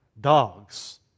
dogs